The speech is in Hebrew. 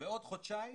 אבל בעוד חודשיים